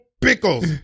pickles